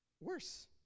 worse